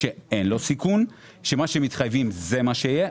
שאין לו סיכון; שמה שמתחייבים אליו זה מה שיהיה.